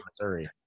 Missouri